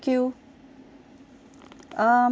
um